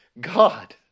God